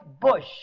bush